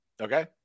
Okay